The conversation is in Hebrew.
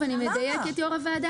אני מדייקת יושב ראש הוועדה.